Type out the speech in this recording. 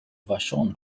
vashon